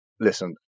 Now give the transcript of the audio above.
listen